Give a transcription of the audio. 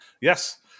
Yes